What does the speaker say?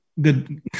good